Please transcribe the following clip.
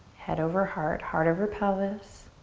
head over heart, heart over pelvis.